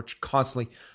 constantly